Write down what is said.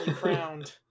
crowned